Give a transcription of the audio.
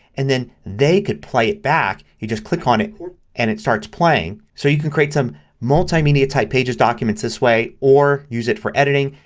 and then they could play it back. you just click on it and it starts playing. so you could create some multimedia type pages documents this way or use it for editing.